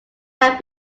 had